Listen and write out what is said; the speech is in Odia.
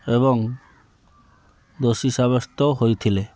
ଏବଂ ଦୋଷୀ ସାବ୍ୟସ୍ତ ହେଇଥିଲେ